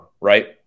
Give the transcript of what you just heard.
right